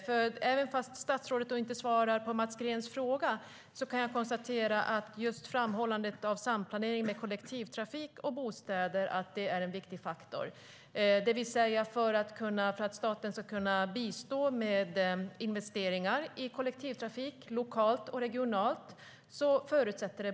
Trots att statsrådet inte svarar på Mats Greens fråga kan jag nämligen konstatera att samplanering mellan kollektivtrafik och bostäder är en viktig faktor, det vill säga att bostäder är en förutsättning för att staten ska kunna bistå med investeringar i kollektivtrafik lokalt och regionalt.